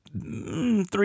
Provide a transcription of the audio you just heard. three